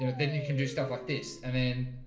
you know then you can do stuff like this and then,